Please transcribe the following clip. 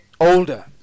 older